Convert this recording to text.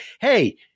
hey